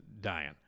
dying